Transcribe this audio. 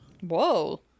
Whoa